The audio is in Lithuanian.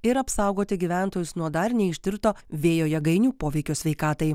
ir apsaugoti gyventojus nuo dar neištirto vėjo jėgainių poveikio sveikatai